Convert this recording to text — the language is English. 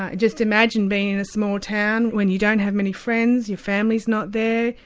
ah just imagine being in a small town when you don't have many friends, your family's not there,